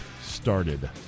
started